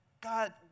God